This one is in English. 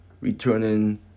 returning